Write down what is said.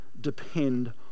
depend